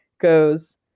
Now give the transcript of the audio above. goes